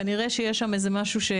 כנראה שיש שם משהו.